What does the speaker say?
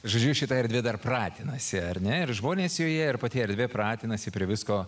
žodžiu šita erdvė dar pratinasi ar ne ir žmonės joje ir pati erdvė pratinasi prie visko